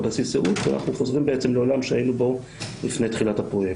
על בסיס זהות ואנחנו חוזרים לעולם שהיינו בו לפני תחילת הפרויקט.